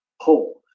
hold